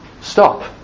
stop